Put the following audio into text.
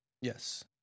Yes